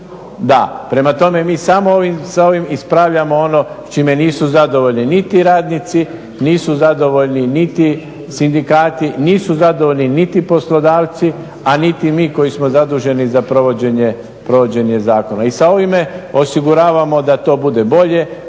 Da, prema tome mi samo ovim, sa ovim ispravljamo s čime nisu zadovoljni niti radnici, nisu zadovoljni niti sindikati, nisu zadovoljni niti poslodavci, a niti mi koji smo zaduženi za provođenje zakona. I sa ovime osiguravamo da to bude bolje,